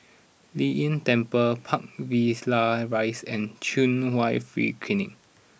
Lei Yin Temple Park Villas Rise and Chung Hwa Free Clinic